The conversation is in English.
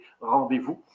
rendezvous